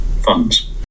funds